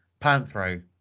Panthro